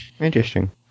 interesting